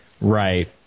Right